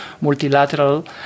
multilateral